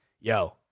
Yo